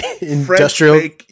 industrial